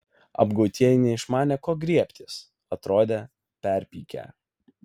apgautieji neišmanė ko griebtis atrodė perpykę